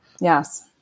Yes